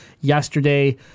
yesterday